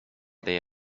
day